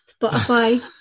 Spotify